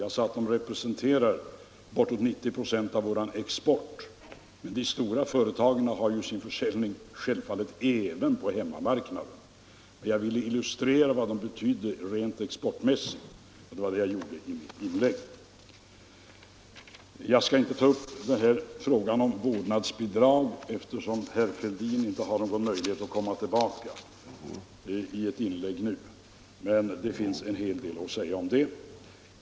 Jag sade de representerar bortåt 90 96 av vår export, men de stora företagen har självfallet sin försäljning även på hemmamarknaden. Jag ville illustrera vad de betyder rent exportmässigt, och det var detta jag gjorde i mitt inlägg. Jag skall inte ta upp frågan om vårdnadsbidrag, eftersom herr Fälldin inte har någon möjlighet att komma tillbaka i ett inlägg nu, men det finns en hel del att säga om den frågan.